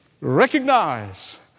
Recognize